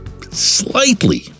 slightly